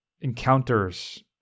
encounters